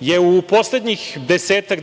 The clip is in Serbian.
je u poslednjih desetak